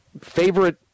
favorite